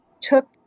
took